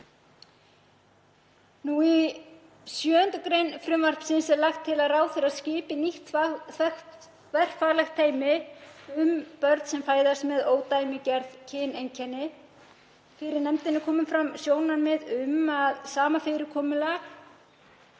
Í 7. gr. frumvarpsins er lagt til að ráðherra skipi nýtt þverfaglegt teymi um börn sem fæðast með ódæmigerð kyneinkenni. Fyrir nefndinni komu fram sjónarmið um að sama fyrirkomulag